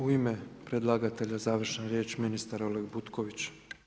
U ime predlagatelja završna riječ ministar Oleg Butković.